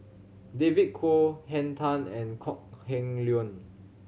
David Kwo Henn Tan and Kok Heng Leun